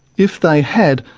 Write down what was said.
if they had,